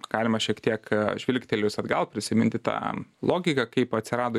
galima šiek tiek žvilgtelėjus atgal prisiminti tą logiką kaip atsirado